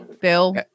bill